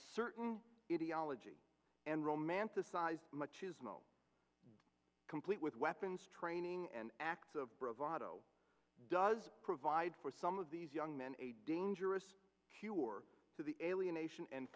certain idiology and romanticized machismo complete with weapons training and acts of bravado does provide for some of these young men a dangerous cure for the alienation and